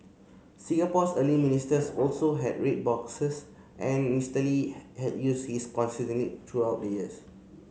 Singapore's early ministers also had red boxes and Mister Lee had used his consistently through out the years